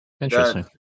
Interesting